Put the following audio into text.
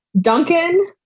Duncan